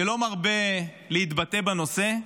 שלא מרבה להתבטא בנושא,